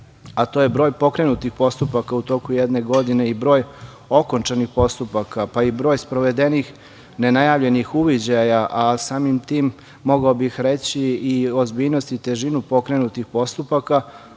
a to je broj pokrenutih postupaka u toku jedne godine i broj okončanih postupaka, pa i broj sprovedenih, nenajavljenih uviđanja, a samim tim mogao bih reći i ozbiljnosti i težinu pokrenutih postupaka,